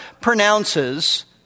pronounces